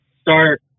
start